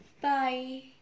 Bye